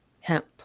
hemp